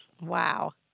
Wow